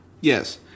Yes